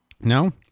No